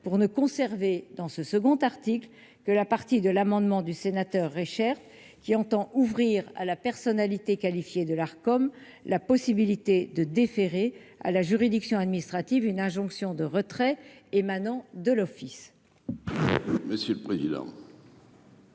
pour ne conserver dans ce second article que la partie de l'amendement du sénateur Richert qui entend ouvrir à la personnalité qualifiée de l'art, comme la possibilité de déférer à la juridiction administrative une injonction de retrait émanant de l'Office.